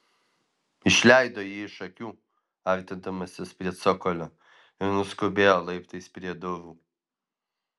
išleido jį iš akių artindamasis prie cokolio ir nuskubėjo laiptais prie durų